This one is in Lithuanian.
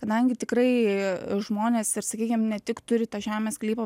kadangi tikrai žmonės ir sakykim ne tik turi tą žemės sklypą